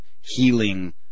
healing